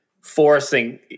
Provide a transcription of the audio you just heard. forcing